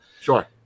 Sure